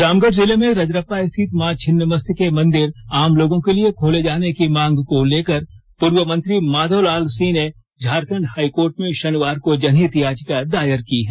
रामगढ़ जिले में रजरप्पा स्थित मां छिन्नमस्तिके मंदिर आम लोगों के लिए खोले जाने की मांग को लेकर पूर्व मंत्री माधवलाल सिंह ने झारखंड हाईकोर्ट में शनिवार को जनहित याचिका दायर की हैं